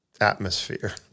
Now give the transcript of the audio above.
atmosphere